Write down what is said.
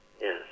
yes